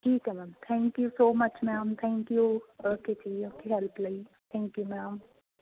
ਠੀਕ ਹੈ ma'am thank you so much ma'am thank you okay ji okay help ਲਈ thank you ma'am